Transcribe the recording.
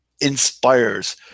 inspires